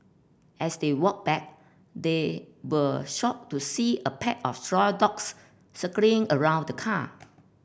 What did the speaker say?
as they walked back they were shocked to see a pack of stray dogs circling around the car